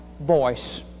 voice